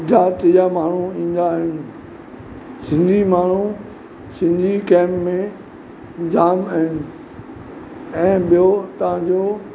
ज़ात जा माण्हू ईंदा आहिनि सिंधी माण्हू सिंधी कैंप में जामु आहिनि ऐं ॿियो तव्हांजो